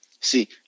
See